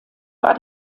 war